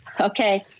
Okay